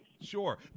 Sure